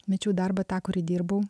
mečiau darbą tą kurį dirbau